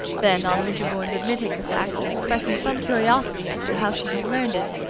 then, on winterbourne's admitting the fact and expressing some curiosity as to how she had learned it,